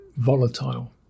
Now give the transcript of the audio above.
Volatile